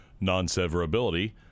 non-severability